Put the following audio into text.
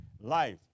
life